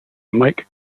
mike